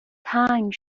تنگ